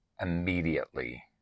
immediately